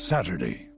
Saturday